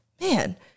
man